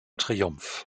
triumph